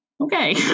okay